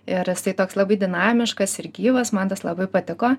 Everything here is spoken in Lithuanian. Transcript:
ir jisai toks labai dinamiškas ir gyvas man tas labai patiko